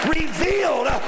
revealed